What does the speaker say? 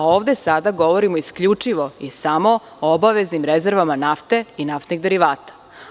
Ovde sada govorimo isključivo i samo o obaveznim rezervama nafte i naftnih derivata.